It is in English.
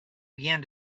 began